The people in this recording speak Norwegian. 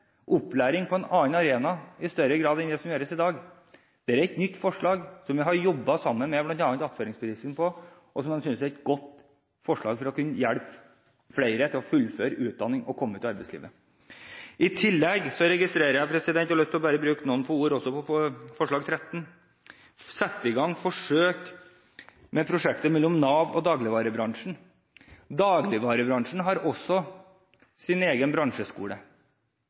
opplæring på en annen arena, i større grad enn det som gjøres i dag? Dette er ikke et nytt forslag. Vi har jobbet med bl.a. attføringsbedriftene om dette forslaget, som man synes er godt for å kunne hjelpe flere til å fullføre utdanning og komme ut i arbeidslivet. Jeg har også lyst til å si noen ord om forslag nr. 13, som handler om å sette i gang et forsøksprosjekt mellom Nav og dagligvarebransjen. Dagligvarebransjen har også sin egen bransjeskole.